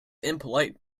impolite